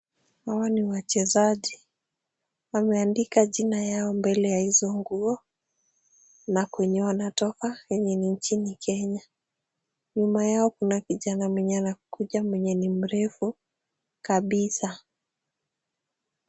Hawa ni wachezaji. Wameandika jina yao mbele ya hizo nguo, na kwenye wanatoka yenye ni nchini Kenya. Nyuma yao kuna kijana mwenye anakuja mwenye ni mrefu kabisa.